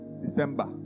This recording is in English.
December